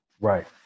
Right